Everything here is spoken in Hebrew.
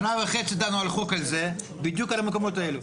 שנה וחצי דנו על החוק הזה, בדיוק על המקומות האלו.